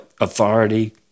authority